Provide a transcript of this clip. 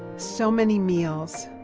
so many meals.